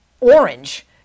orange